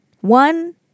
One